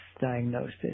diagnosis